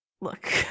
look